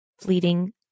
fleeting